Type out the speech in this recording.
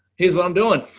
here's what i'm doing.